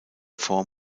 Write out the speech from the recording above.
fort